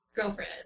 Girlfriend